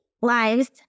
lives